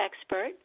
expert